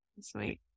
Sweet